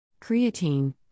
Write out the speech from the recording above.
Creatine